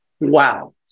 wow